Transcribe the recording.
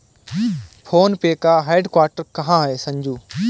Phone पे का headquarter कहां है संजू?